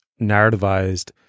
narrativized